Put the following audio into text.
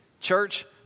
Church